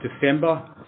December